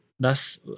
Thus